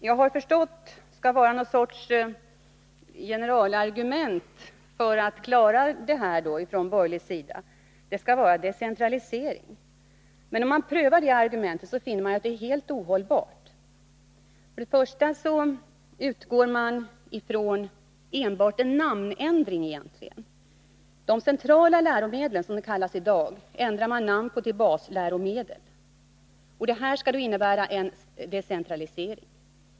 Jag har förstått att decentralisering är det som skall vara någon sorts generalargument från borgerlig sida för att klara den här frågan. Men om man prövar det argumentet, finner man att det är helt ohållbart. Man utgår egentligen från enbart en namnändring. Man ändrar namnet på de centrala läromedlen, som de kallas i dag, till basläromedel. Och detta skall innebära en decentralisering.